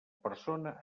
persona